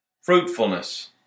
fruitfulness